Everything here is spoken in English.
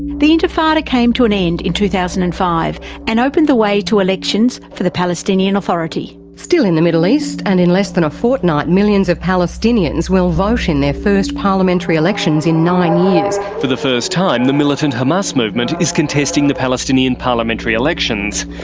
the intifada came to an end in two thousand and five and opened the way to elections for the palestinian authority. still in the middle east, and in less than a fortnight millions of palestinians will vote in their first parliamentary elections in nine years. for the first time the militant hamas movement is contesting the palestinian parliamentary elections.